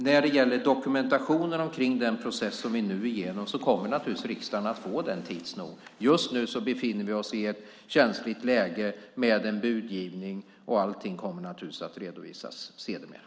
När det gäller dokumentationen omkring den process som vi nu är igenom kommer naturligtvis riksdagen tids nog att få den. Just nu befinner vi oss i ett känsligt läge med en budgivning. Allting kommer naturligtvis att redovisas sedermera.